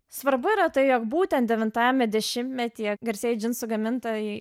svarbu yra ta jog būtent devintajame dešimtmetyje garsieji džinsų gamintojai